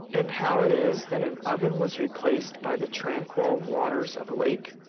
and how it is that an oven was replaced by the tranquil waters of a lake?